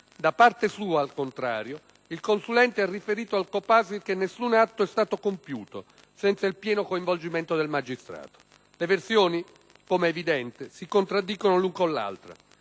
Da parte sua, al contrario, il consulente ha riferito al COPASIR che nessun atto è stato compiuto senza il pieno coinvolgimento del magistrato. Le versioni, come è evidente, si contraddicono l'una con l'altra.